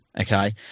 okay